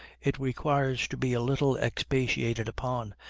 it requires to be a little expatiated upon,